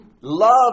love